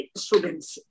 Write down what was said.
students